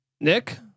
Nick